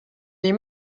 les